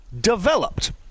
developed